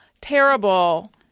terrible